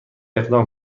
اقدام